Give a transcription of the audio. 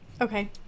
Okay